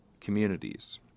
communities